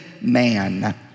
man